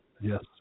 Yes